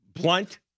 blunt